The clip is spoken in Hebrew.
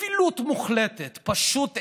וזו אווילות מוחלטת, פשוט אווילות,